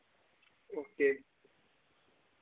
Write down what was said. okay